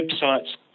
website's